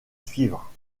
suivre